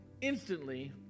Instantly